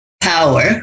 power